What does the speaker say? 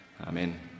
Amen